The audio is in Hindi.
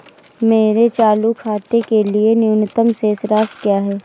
मेरे चालू खाते के लिए न्यूनतम शेष राशि क्या है?